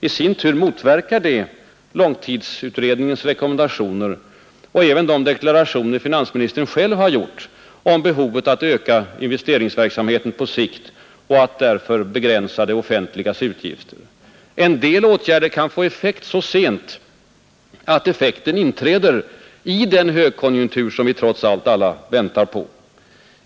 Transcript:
I sin tur motverkar det långtidsutredningens rekommendationer och även de deklarationer finansministern själv har gjort om behovet att öka investeringsverksamheten på sikt och att därför begränsa det offentligas utgifter. En del åtgärder kan få effekt så sent att effekten inträder i den högkonjunktur som vi trots allt alla väntar på.